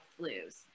flus